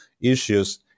issues